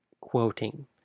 quoting